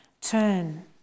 Turn